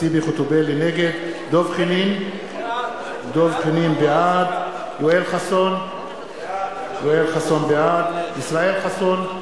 נגד דב חנין, בעד יואל חסון, בעד ישראל חסון,